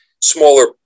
Smaller